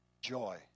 Joy